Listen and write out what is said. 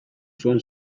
zuen